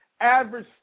average